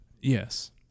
Yes